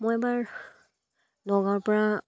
মই এবাৰ নগাঁৱৰপৰা